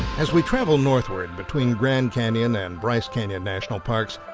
as we travel northward between grand canyon and bryce canyon national parks,